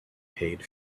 paid